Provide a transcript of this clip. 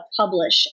publish